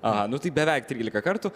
aha nu tai beveik trylika kartų